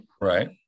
Right